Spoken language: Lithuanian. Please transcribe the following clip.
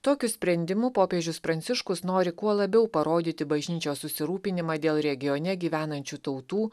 tokiu sprendimu popiežius pranciškus nori kuo labiau parodyti bažnyčios susirūpinimą dėl regione gyvenančių tautų